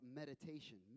meditation